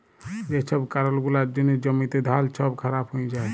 যে ছব কারল গুলার জ্যনহে জ্যমিতে ধাল ছব খারাপ হঁয়ে যায়